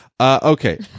Okay